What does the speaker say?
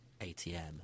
ATM